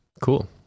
Cool